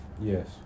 Yes